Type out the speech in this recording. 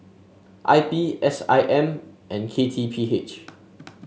I P S I M and K T P H